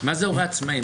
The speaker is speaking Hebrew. מה זה הורה עצמאי?